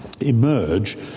emerge